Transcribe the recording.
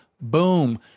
Boom